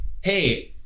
Hey